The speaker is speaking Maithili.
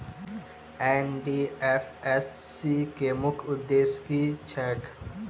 एन.डी.एफ.एस.सी केँ मुख्य उद्देश्य की छैक?